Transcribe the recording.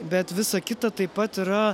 bet visa kita taip pat yra